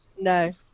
No